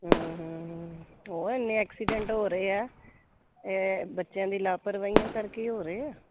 ਹੋਰ ਇੰਨੇ ਐਕਸੀਡੈਂਟ ਹੋ ਰਹੇ ਆ ਬੱਚਿਆਂ ਦੀ ਲਾਪਰਵਾਹੀਆਂ ਕਰਕੇ ਹੀ ਹੋ ਰਹੇ ਆ